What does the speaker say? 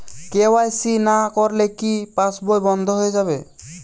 KYC না করলে কি পাশবই বন্ধ হয়ে যাবে?